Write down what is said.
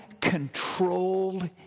controlled